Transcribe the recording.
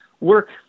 work